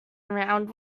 around